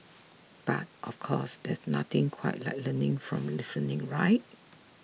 but of course there's nothing quite like learning from listening right